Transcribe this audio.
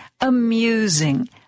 amusing